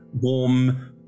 warm